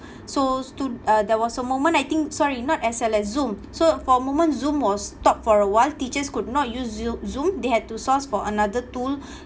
so stu~ uh there was a moment I think sorry not S_L_S zoom so for a moment zoom was stopped for a while teachers could not you ziu~ zoom they had to source for another tool